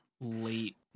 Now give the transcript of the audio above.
late